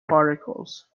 particles